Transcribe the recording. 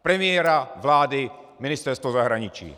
Premiéra, vlády, Ministerstvo zahraničí.